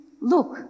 look